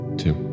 two